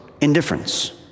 indifference